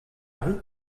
rit